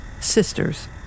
Sisters